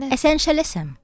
Essentialism